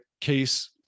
Case